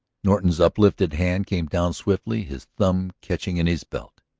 norton's uplifted hand came down swiftly, his thumb catching in his belt.